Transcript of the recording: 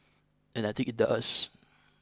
and I think it does